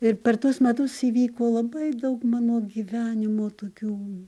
ir per tuos metus įvyko labai daug mano gyvenimo tokių